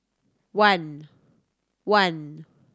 one